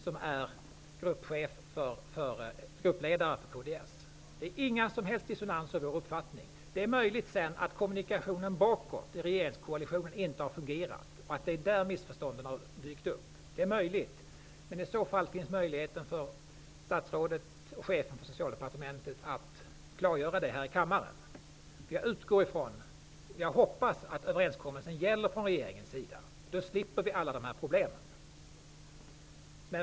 Det gäller Sten Det finns inga som helst dissonanser i våra uppfattningar. Det är dock möjligt att kommunikationen bakåt i regeringskoalitionen inte har fungerat och att det är där missförstånden har uppstått. Det är möjligt. Men i så fall är det möjligt för statsrådet och tillika chefen för Socialdepartementet att klargöra det här i kammaren. Jag utgår ifrån och hoppas att överenskommelsen gäller från regeringens sida. I så fall skulle vi slippa alla dessa problem.